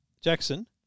Jackson